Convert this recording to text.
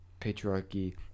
patriarchy